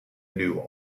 knew